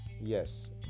yes